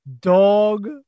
dog